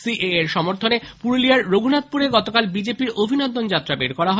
CAA র সমর্থনে পুরুলিয়ার রঘুনাথপুরে গতকাল বিজেপি র অভিনন্দন যাত্রা বের হয়